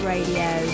Radio